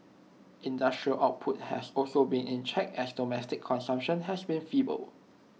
industrial output has also been in check as domestic consumption has been feeble